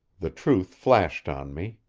the truth flashed on me.